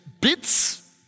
bits